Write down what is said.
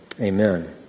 Amen